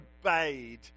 obeyed